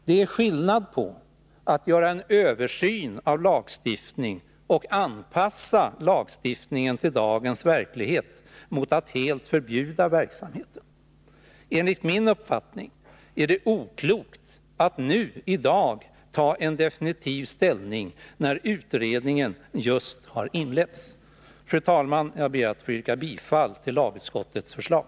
Det är skillnad på att göra en översyn av lagstiftningen och anpassa den till dagens verklighet och att helt förbjuda verksamheten. Enligt min uppfattning är det oklokt att i dag ta definitiv ställning, när utredningen just har inletts. Fru talman! Jag ber att få yrka bifall till lagutskottets förslag.